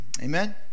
Amen